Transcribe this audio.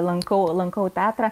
lankau lankau teatrą